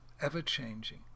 ever-changing